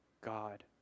God